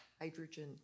hydrogen